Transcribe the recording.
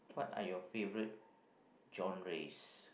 what are your favourite genres